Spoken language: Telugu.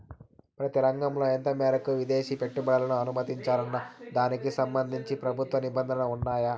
ప్రతి రంగంలో ఎంత మేరకు విదేశీ పెట్టుబడులను అనుమతించాలన్న దానికి సంబంధించి ప్రభుత్వ నిబంధనలు ఉన్నాయా?